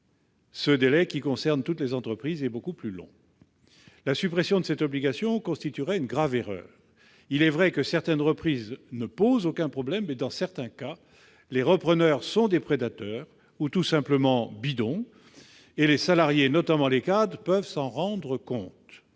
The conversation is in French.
qui concerne toutes les entreprises, est beaucoup plus long. La suppression de cette obligation constituerait une grave erreur. Il est vrai que certaines reprises ne posent aucun problème, mais il arrive que les repreneurs soient des prédateurs ou soient tout simplement « bidons »! Les salariés, notamment les cadres, sont alors à même de s'en rendre compte.